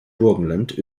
burgenland